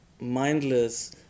mindless